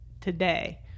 today